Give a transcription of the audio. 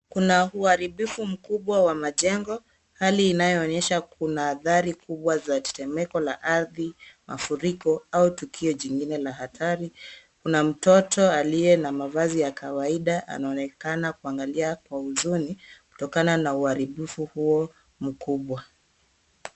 Kuna uharibifu mkubwa wa majengo, hali inayoonyesha kuna adhari kubwa za tetemeko la ardhi, mafuriko au tukio jingine la hatari. Kuna mtoto aliye na mavazi ya kawaida na anaonekana kuangalia kwa huzuni kutokana na uharibifu huo mkubwa.